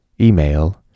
Email